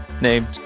named